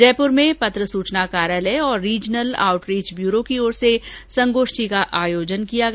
जयपुर में पत्र सूचना कार्यालय और रेजनल आउटरीच ब्यूरो की ओर से संगोष्ठी का आयोजन किया गया